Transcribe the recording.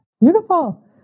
beautiful